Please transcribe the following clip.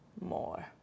more